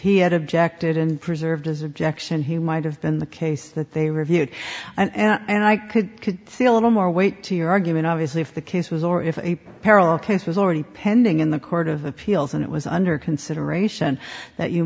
he had objected and preserved his objection he might have been the case that they reviewed and i could see a little more weight to your argument obviously if the case was or if parallel case was already pending in the court of appeals and it was under consideration that you